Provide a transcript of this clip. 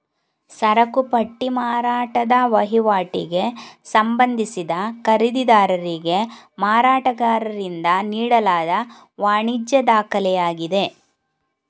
ಸರಕು ಪಟ್ಟಿ ಮಾರಾಟದ ವಹಿವಾಟಿಗೆ ಸಂಬಂಧಿಸಿದ ಖರೀದಿದಾರರಿಗೆ ಮಾರಾಟಗಾರರಿಂದ ನೀಡಲಾದ ವಾಣಿಜ್ಯ ದಾಖಲೆಯಾಗಿದೆ